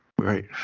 Right